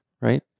right